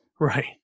Right